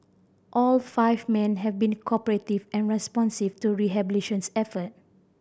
all five men have been cooperative and responsive to rehabilitation effort